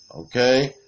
Okay